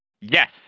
Yes